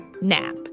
nap